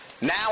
Now